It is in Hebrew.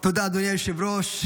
תודה, אדוני היושב-ראש.